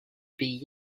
payer